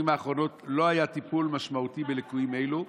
האחרונות לא היה טיפול משמעותי בליקויים אלו.